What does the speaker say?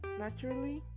naturally